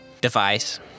device